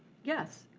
yes,